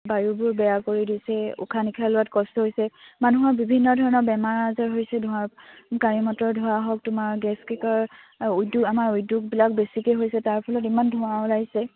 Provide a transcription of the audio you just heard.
বায়ুবোৰ বেয়া কৰি দিছে উশাহ নিশাহ লোৱাত কষ্ট হৈছে মানুহৰ বিভিন্ন ধৰণৰ বেমাৰ আজাৰ হৈছে ধোঁৱা গাড়ী মটৰ ধৰা হওক তোমাৰ গেছ ক্ৰেকাৰ উদ্যোগ আমাৰ উদ্যোগবিলাক বেছিকে হৈছে তাৰ ফলত ইমান ধোঁৱা ওলাইছে